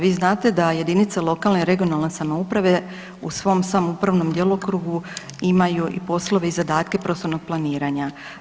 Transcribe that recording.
Vi znate da jedinice lokalne i regionalne samouprave u svom samoupravnom djelokrugu imaju i poslove i zadatke prostornog planiranja.